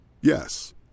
Yes